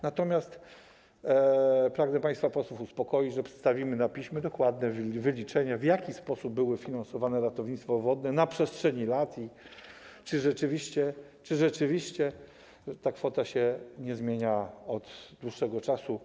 Natomiast pragnę państwa posłów uspokoić, że przedstawimy na piśmie dokładne wyliczenia, w jaki sposób było finansowane ratownictwo wodne na przestrzeni lat i czy rzeczywiście ta kwota się nie zmienia od dłuższego czasu.